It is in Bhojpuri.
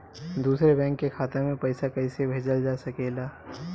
दूसरे बैंक के खाता में पइसा कइसे भेजल जा सके ला?